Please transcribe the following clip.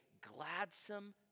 gladsome